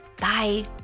Bye